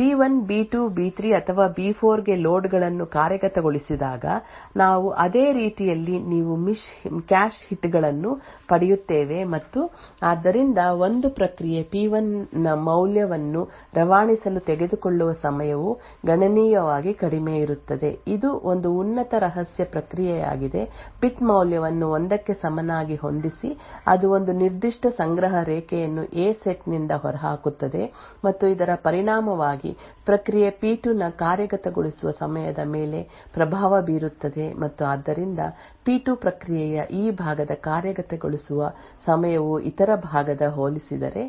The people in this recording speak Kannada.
ಬಿ1 ಬಿ2 ಬಿ3 ಅಥವಾ ಬಿ4 ಗೆ ಲೋಡ್ ಗಳನ್ನು ಕಾರ್ಯಗತಗೊಳಿಸಿದಾಗ ನಾವು ಅದೇ ರೀತಿಯಲ್ಲಿ ನೀವು ಕ್ಯಾಶ್ ಹಿಟ್ಗಳನ್ನು ಪಡೆಯುತ್ತೇವೆ ಮತ್ತು ಆದ್ದರಿಂದ 1 ಪ್ರಕ್ರಿಯೆ ಪಿ P1 ನ ಮೌಲ್ಯವನ್ನು ರವಾನಿಸಲು ತೆಗೆದುಕೊಳ್ಳುವ ಸಮಯವು ಗಣನೀಯವಾಗಿ ಕಡಿಮೆಯಿರುತ್ತದೆ ಇದು ಒಂದು ಉನ್ನತ ರಹಸ್ಯ ಪ್ರಕ್ರಿಯೆಯಾಗಿದೆ ಬಿಟ್ ಮೌಲ್ಯವನ್ನು 1 ಕ್ಕೆ ಸಮನಾಗಿ ಹೊಂದಿಸಿ ಅದು ಒಂದು ನಿರ್ದಿಷ್ಟ ಸಂಗ್ರಹ ರೇಖೆಯನ್ನು ಎ ಸೆಟ್ ನಿಂದ ಹೊರಹಾಕುತ್ತದೆ ಮತ್ತು ಇದರ ಪರಿಣಾಮವಾಗಿ ಪ್ರಕ್ರಿಯೆ ಪಿ2 ನ ಕಾರ್ಯಗತಗೊಳಿಸುವ ಸಮಯದ ಮೇಲೆ ಪ್ರಭಾವ ಬೀರುತ್ತದೆ ಮತ್ತು ಆದ್ದರಿಂದ ಪಿ2 ಪ್ರಕ್ರಿಯೆಯ ಈ ಭಾಗದ ಕಾರ್ಯಗತಗೊಳಿಸುವ ಸಮಯವು ಇತರ ಭಾಗಕ್ಕೆ ಹೋಲಿಸಿದರೆ ಹೆಚ್ಚಿನದಾಗಿರುತ್ತದೆ